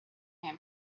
him